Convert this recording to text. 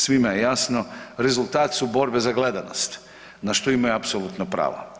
Svima je jasno rezultat su borbe za gledanost na što imaju apsolutna prava.